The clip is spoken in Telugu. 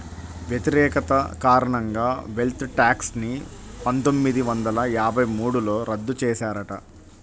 వ్యతిరేకత కారణంగా వెల్త్ ట్యాక్స్ ని పందొమ్మిది వందల యాభై మూడులో రద్దు చేశారట